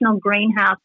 Greenhouse